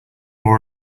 more